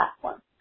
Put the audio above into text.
platform